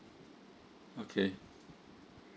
okay